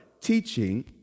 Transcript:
Teaching